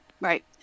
Right